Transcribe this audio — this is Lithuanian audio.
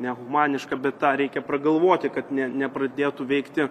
nehumaniška bet tą reikia pragalvoti kad ne nepradėtų veikti